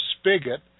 spigot